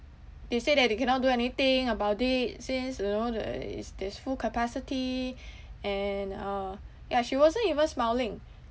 they say that they cannot do anything about it since you know there is there's full capacity and uh ya she wasn't even smiling